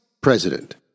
president